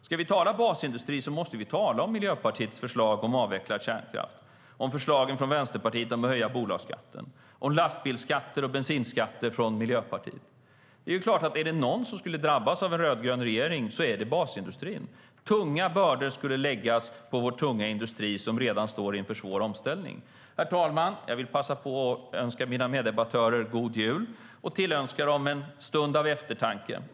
Om vi ska tala om basindustrin måste vi tala om Miljöpartiets förslag om att avveckla kärnkraften, om Vänsterpartiets förslag om att höja bolagsskatten och om Miljöpartiets förslag om lastbilsskatter och bensinskatter. Om det är någon som skulle drabbas av en rödgrön regering så är det basindustrin. Tunga bördor skulle läggas på vår tunga industri som redan står inför en svår omställning. Herr talman! Jag vill passa på att önska mina meddebattörer en god jul och tillönska dem en stund av eftertanke.